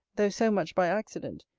though so much by accident,